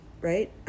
right